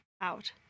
out